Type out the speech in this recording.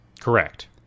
Correct